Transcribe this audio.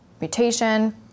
mutation